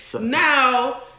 Now